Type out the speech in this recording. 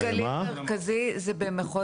גליל מרכזי זה במחוז